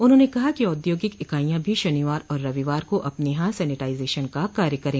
उन्होंने कहा कि औद्योगिक इकाइयां भी शनिवार और रविवार को अपने यहां सेनिटाइजेशन का कार्य करें